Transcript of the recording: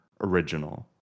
original